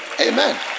Amen